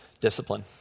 discipline